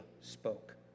spoke